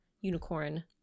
unicorn